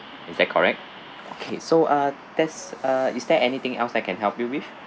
is that correct okay so uh that's uh is there anything else I can help you with